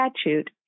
statute